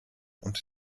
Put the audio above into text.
und